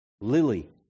lily